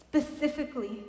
specifically